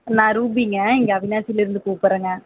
நான் ரூபீங்க இங்கே அவிநாசிலருந்து கூப்பிட்றேங்க